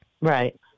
Right